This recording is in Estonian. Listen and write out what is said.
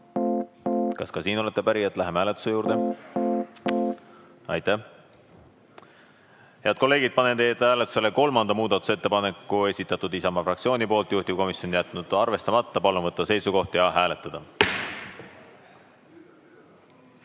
Kas ka siin olete päri, et läheme hääletuse juurde? Aitäh! Head kolleegid, panen hääletusele kolmanda muudatusettepaneku, esitatud Isamaa fraktsiooni poolt, juhtivkomisjon on jätnud arvestamata. Palun võtta seisukoht ja hääletada!